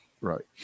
right